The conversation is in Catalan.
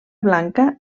blanca